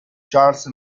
charles